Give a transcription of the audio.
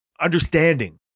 understanding